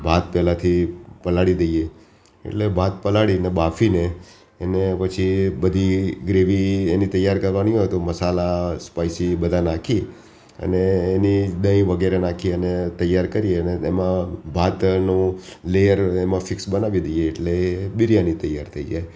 ભાત પહેલાંથી પલાળી દઈએ એટલે ભાત પલાળીને બાફીને એને પછી બધી ગ્રેવી એની તૈયાર કરવાની હોય તો મસાલા સ્પાઈસી બધા નાખી અને એની દહીં વગેરે નાખી અને તૈયાર કરી અને તેમાં ભાતનો લેયર એમાં ફિક્સ બનાવી દઈએ એટલે એ બિરયાની તૈયાર થઇ જાય